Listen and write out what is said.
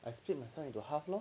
I split into split into half lor